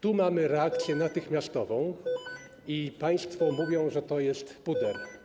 Tu mamy reakcję natychmiastową, a państwo mówią, że to jest puder.